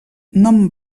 nom